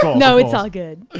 you know its all good.